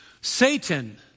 Satan